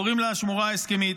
קוראים לה "השמורה ההסכמית".